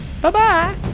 Bye-bye